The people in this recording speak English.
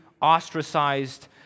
ostracized